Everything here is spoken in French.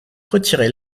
retirer